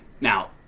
Now